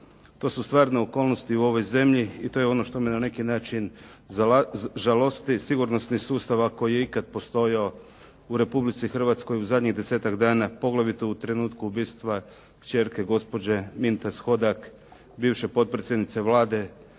to su stvarno okolnosti u ovoj zemlji i to je ono što me na neki način žalosti. Sigurnosni sustav ako je ikad postojao u Republici Hrvatskoj u zadnjih desetak dana poglavito u trenutku ubistva kćerke gospođe Mintas-Hodak, bivše potpredsjednice Vlade